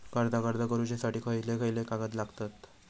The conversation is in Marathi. कर्जाक अर्ज करुच्यासाठी खयचे खयचे कागदपत्र लागतत